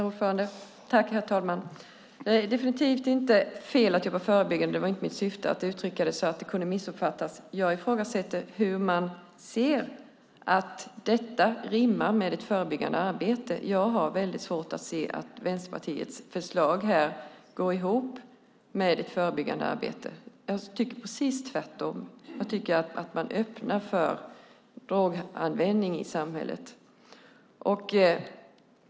Herr talman! Det är definitivt inte fel att jobba förebyggande. Det var inte min avsikt att uttrycka mig så att det kunde missuppfattas. Jag ifrågasätter hur detta rimmar med det förebyggande arbetet. Jag har väldigt svårt att se att Vänsterpartiets förslag går ihop med det förebyggande arbetet. Jag tycker precis tvärtom - jag tycker att man öppnar för droganvändning i samhället.